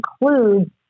includes